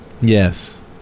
Yes